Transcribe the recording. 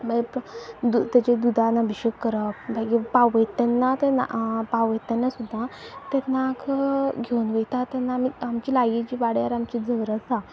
मागीर ताजे दुदान अभिशेक करप मागीर पावय तेन्ना ते पावय तेन्ना सुद्दां ते नाग घेवन वयता तेन्ना आमी आमची लागी जी वाड्यार आमची झर आसा